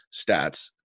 stats